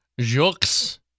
Jux